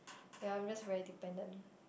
ya I'm just very dependent